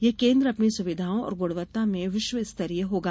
यह केन्द्र अपनी सुविधाओं और गुणवत्ता में विश्वस्तरीय होगा